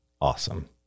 awesome